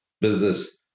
business